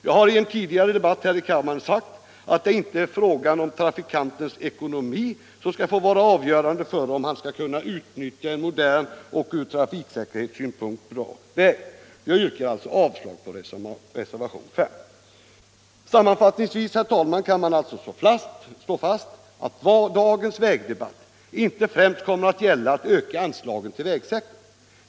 Jag har i en tidigare debatt här i kammaren sagt, att det inte är frågan om en trafikants ekonomi som får vara avgörande för om han skall kunna utnyttja en modern och ur trafiksäkerhetssynpunkt bra väg. Jag yrkar med detta bifall till utskottets hemställan under punkten 2, vilket innebär avslag på reservationen 5. Sammanfattningsvis kan man alltså slå fast att dagens vägdebatt inte främst kommer att gälla en ökning av anslagen till vägsektorn.